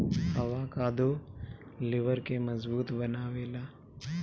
avocado लिबर के मजबूत बनावेला